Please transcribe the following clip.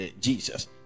jesus